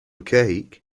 cake